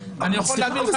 אביא לך